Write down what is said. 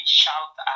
shout